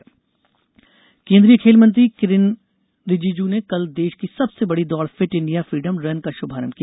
Rijiju fit India केन्द्रीय खेल मंत्री किरेन रिजिजू ने कल देश की सबसे बड़ी दौड़ फिट इंडिया फ्रीडम रन का शुभारंभ किया